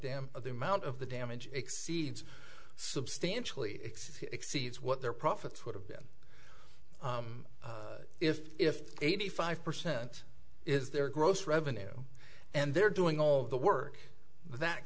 of the amount of the damage exceeds substantially exceeds what their profits would have been if if eighty five percent is their gross revenue and they're doing all the work that